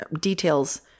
details